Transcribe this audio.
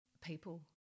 people